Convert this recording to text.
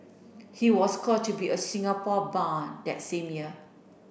he was called to be a Singapore Bar that same year